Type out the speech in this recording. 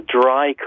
dry